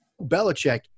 Belichick